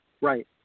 Right